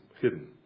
hidden